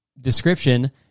description